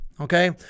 Okay